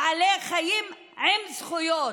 בעלי חיים עם זכויות.